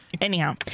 Anyhow